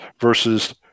versus